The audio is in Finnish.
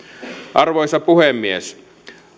arvoisa puhemies